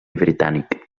britànic